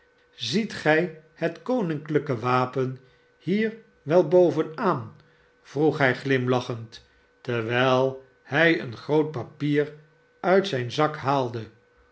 ziet gij het koninklijke wapen hier wel bovenaanr vroeg hij glimlachend terwijl hij een groot papier uit zijn zafe haalde